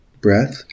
breath